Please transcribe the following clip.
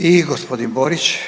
I gospodin Borić,